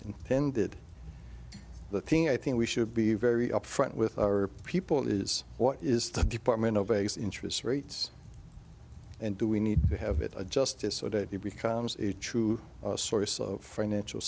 intended the thing i think we should be very upfront with our people is what is the department of base interest rates and do we need to have it adjusted so that he becomes a true source of financial